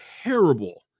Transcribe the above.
terrible